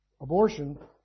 abortion